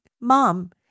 Mom